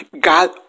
God